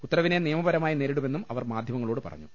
ഉത്തരവിനെ നിയമപരമായി നേരിടുമെന്നും അവർ മാധ്യമ ങ്ങളോട് പറഞ്ഞു